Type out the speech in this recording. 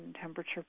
temperature